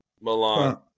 Milan